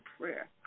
prayer